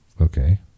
Okay